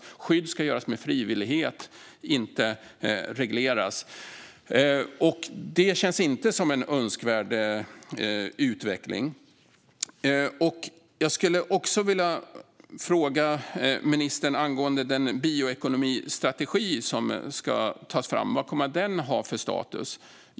Vidare ska skydd göras med frivillighet, inte regleras. Det känns inte som en önskvärd utveckling. Vad kommer den bioekonomistrategi som ska tas fram att ha för status?